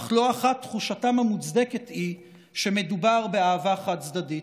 אך לא אחת תחושתם המוצדקת היא שמדובר באהבה חד-צדדית.